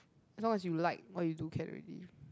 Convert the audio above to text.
as long as you like what you do can already